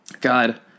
God